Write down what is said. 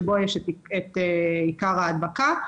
שבהם יש את עיקר ההדבקה.